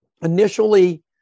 Initially